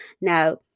Now